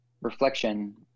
reflection